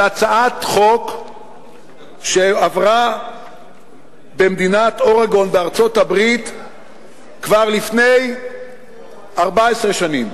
על הצעת חוק שעברה במדינת אורגון בארצות-הברית כבר לפני 14 שנים,